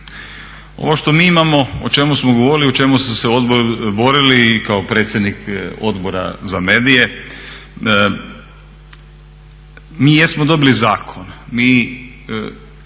Ovo što mi imamo, o čemu smo govorili, o čemu smo se borili i kao predsjednik Odbora za medije mi jesmo dobili zakon,